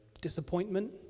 disappointment